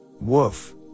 Woof